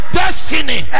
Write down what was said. destiny